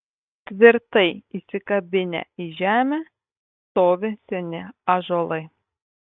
tvirtai įsikabinę į žemę stovi seni ąžuolai